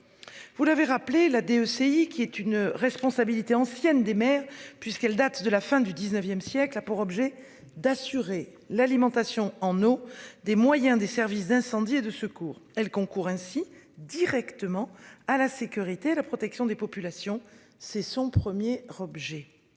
Vous l'avez rappelé la DEC il qui est une responsabilité ancienne des maires puisqu'elle date de la fin du XIXe siècle a pour objet d'assurer l'alimentation en eau des moyens des services d'incendie et de secours. Elle concourt ainsi directement à la sécurité, la protection des populations, c'est son 1er Roger.